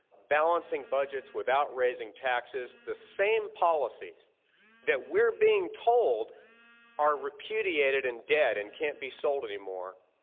balancing budgets without raising taxes. the same policies that we're being told are repudiated and dead, and can't be sold anymore,